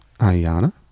Ayana